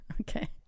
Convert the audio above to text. Okay